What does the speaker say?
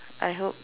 I hope